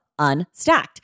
Unstacked